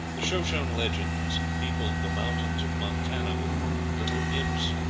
the shoshone legends people the mountains of montana with little imps,